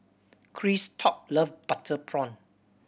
Christop love butter prawn